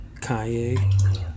Kanye